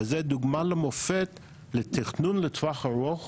וזו דוגמה ומופת לתכנון לטווח ארוך